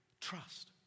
Trust